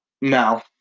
No